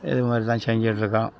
இதுமாதிரி தான் செஞ்சிக்கிட்ருக்கிறோம்